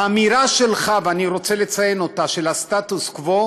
האמירה שלך, ואני רוצה לציין אותה, של הסטטוס-קוו,